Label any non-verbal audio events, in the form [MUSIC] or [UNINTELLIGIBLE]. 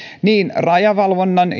niin rajavalvonnan [UNINTELLIGIBLE]